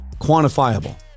quantifiable